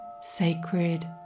sacred